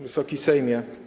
Wysoki Sejmie!